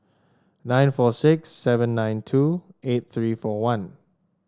nine four six seven nine two eight three four one